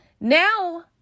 Now